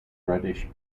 reddish